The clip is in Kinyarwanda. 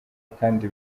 kandi